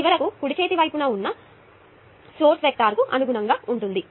చివరకు కుడి చేతి వైపున ఉన్న ప్రవేశం సోర్స్ వెక్టర్కు అనుగుణంగా ఉంటుంది